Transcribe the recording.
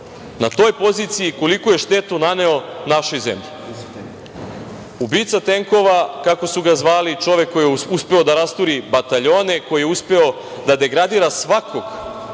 na toj poziciji i koliku je štetu naneo našoj zemlji. Ubica tenkova, kako su ga zvali, čovek koji je uspeo da rasturi bataljone, koji je uspeo da degradira svakog